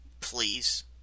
Please